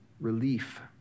relief